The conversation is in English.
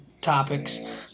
topics